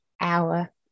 hour